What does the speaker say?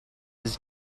his